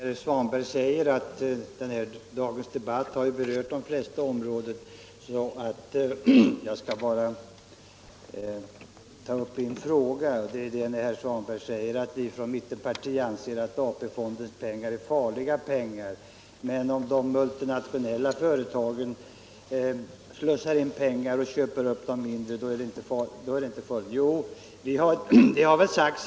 Herr talman! Som herr Svanberg sade har dagens debatt berört de flesta områden, och jag skall nu bara ta upp ett par små frågor. Vi från mittenpartierna anser att AP-fondens medel är farliga, sade herr Svanberg, men om multinationella företag slussar in pengar och köper upp de mindre företagen, så är det inte farligt.